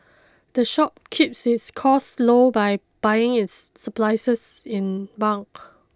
the shop keeps its costs low by buying its supplies in bulk